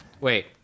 Wait